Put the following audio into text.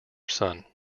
sun